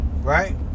right